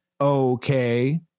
Okay